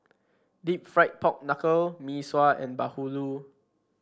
deep fried Pork Knuckle Mee Sua and bahulu